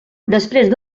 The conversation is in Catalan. després